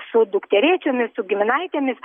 su dukterėčiomis su giminaitėmis